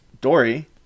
Dory